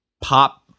pop